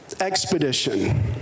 expedition